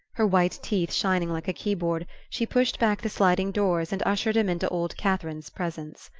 her white teeth shining like a keyboard, she pushed back the sliding doors and ushered him into old catherine's presence.